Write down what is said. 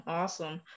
awesome